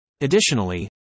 Additionally